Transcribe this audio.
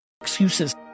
excuses